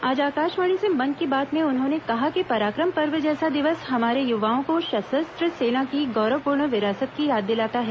आज आकाशवाणी से मन की बात में उन्होंने कहा कि पराक्रम पर्व जैसा दिवस हमारे युवाओं को सशस्त्र सेना की गौरवपूर्ण विरासत की याद दिलाता है